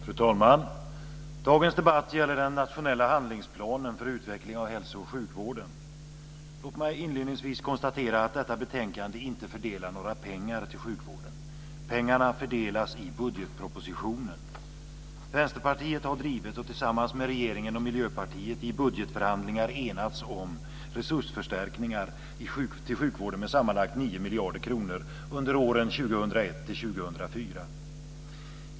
Fru talman! Dagens debatt gäller den nationella handlingsplanen för utveckling av hälso och sjukvården. Låt mig inledningsvis konstatera att detta betänkande inte fördelar några pengar till sjukvården. Vänsterpartiet har drivit och tillsammans med regeringen och Miljöpartiet i budgetförhandlingar enats om resursförstärkningar till sjukvården med sammanlagt 9 miljarder kronor under åren 2001-2004.